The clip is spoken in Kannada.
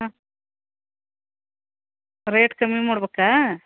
ಹಾಂ ರೇಟ್ ಕಮ್ಮಿ ಮಾಡ್ಬೇಕಾ